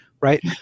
right